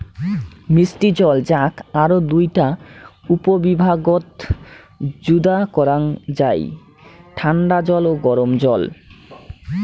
মিষ্টি জল যাক আরও দুইটা উপবিভাগত যুদা করাং যাই ঠান্ডা জল ও গরম জল